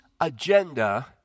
agenda